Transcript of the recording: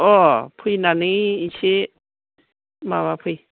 अ फैनानै एसे माबाफै